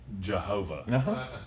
Jehovah